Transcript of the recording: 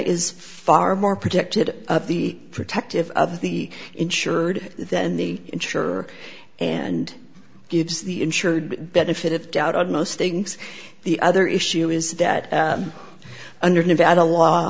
is far more protected of the protective of the insured than the insurer and gives the insured benefit of doubt on most things the other issue is that under nevada law